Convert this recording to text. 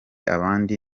abandi